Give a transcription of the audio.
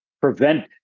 prevent